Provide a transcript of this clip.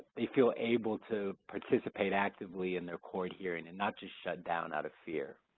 they feel able to participate actively in their court hearing and not just shut down out of fear.